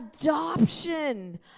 Adoption